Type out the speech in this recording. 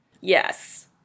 Yes